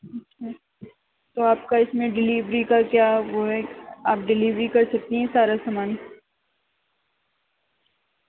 اچھا تو آپ کا اس میں ڈلیوری کا کیا وہ ہے آپ ڈلیوری کر سکتی ہیں سارا سامان